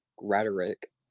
rhetoric